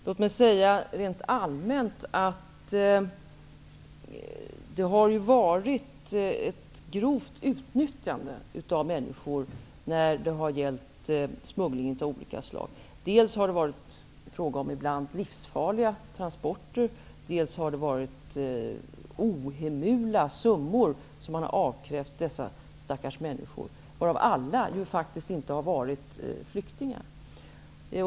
Låt mig säga rent allmänt att människor har utnyttjats grovt vid smuggling av olika slag. Dels har det ibland varit fråga om livsfarliga transporter, dels har ohemula summor avkrävts dessa stackars människor, av vilka alla faktiskt inte har varit flyktingar.